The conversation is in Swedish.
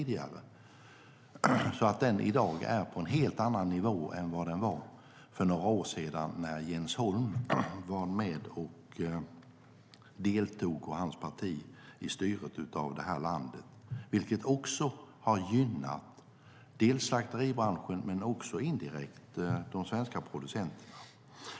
Den är i dag på en helt annan nivå än för några år sedan när Jens Holms parti deltog i styret av landet. Det har gynnat dels slakteribranschen, dels indirekt de svenska producenterna.